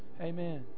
Amen